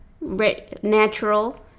natural